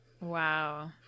Wow